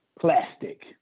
plastic